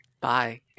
Bye